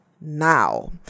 now